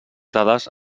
dades